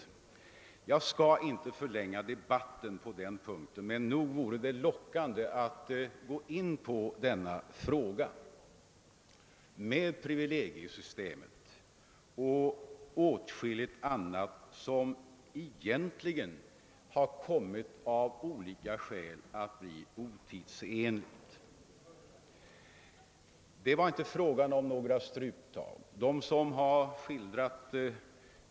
Det skulle vara lockande att gå in på frågan om privilegiesystemet och åtskilligt annat som av olika skäl har blivit otidsenligt, men jag skall inte förlänga debatten på den punkten. Det förekom emellertid inte några struptag vid de förhandlingarna.